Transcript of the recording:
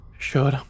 Sure